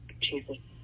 jesus